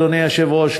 אדוני היושב-ראש,